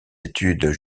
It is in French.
études